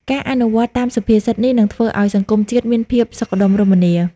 ការអនុវត្តតាមសុភាសិតនេះ នឹងធ្វើឱ្យសង្គមជាតិមានភាពសុខដុមរមនា។